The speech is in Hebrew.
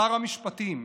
שר המשפטים,